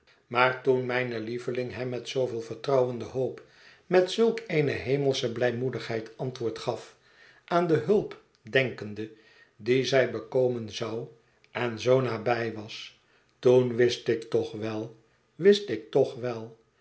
maar toen mijne lieveling hem met zooveel vertrouwende hoop met zulk eene hemelsche blijmoedigheid antwoord gaf aan de hulp denkende die zij bekomen zou en zoo nabij was toen wist ik toch wel wist ik toch wel